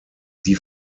die